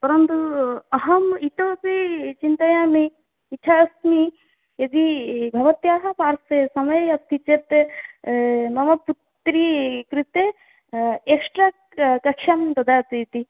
परन्तु अहम् इतोऽपि चिन्तयामि इच्छा अस्ति यदि भवत्याः पार्श्वे समयः अस्ति चेत् मम पुत्री कृते एक्स्ट्रा कक्षां ददातु इति